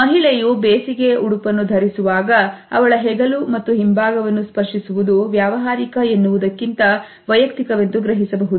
ಮಹಿಳೆಯು ಬೇಸಿಗೆ ಉಡುಪನ್ನು ಧರಿಸುವ ಆಗ ಅವಳ ಹೆಗಲು ಮತ್ತು ಹಿಂಭಾಗವನ್ನು ಸ್ಪರ್ಶಿಸುವುದು ವ್ಯವಹಾರಿಕ ಎನ್ನುವುದಕ್ಕಿಂತ ವೈಯಕ್ತಿಕ ವೆಂದು ಗ್ರಹಿಸಬಹುದು